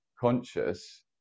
conscious